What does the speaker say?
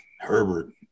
Herbert